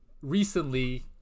Recently